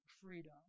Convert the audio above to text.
freedom